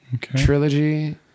trilogy